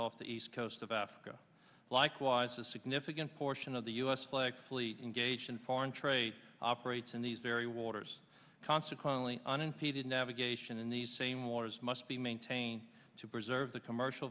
off the east coast of africa likewise a significant portion of the u s flexibly engaged in foreign trade operates in these very waters consequently unimpeded navigation in these same waters must be maintained to preserve the commercial